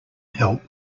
help